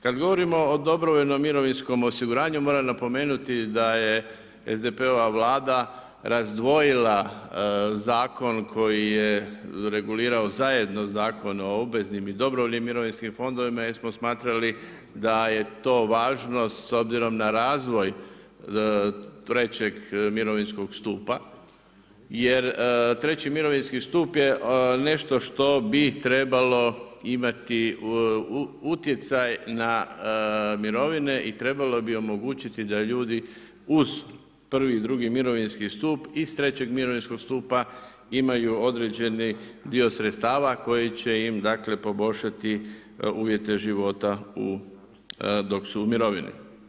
Kada govorimo o dobrovoljnim mirovinskom osiguranju, moram napomenuti da je SDP-ova Vlada razdvojila zakon koji je regulirao zajedno Zakon o obveznim i dobrovoljnim mirovinskim fondovima, jer smo smatrali da je to važno s obzirom na razvoj trećeg mirovinskog stupa, jer treći mirovinski stup je nešto što bi trebalo imati utjecaj na mirovine i trebalo bi omogućiti da ljudi uz prvi i drugi mirovinski stup iz trećeg mirovinskog stupa imaju određeni dio sredstava, koji će im poboljšati uvjete života dok su u mirovini.